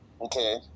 Okay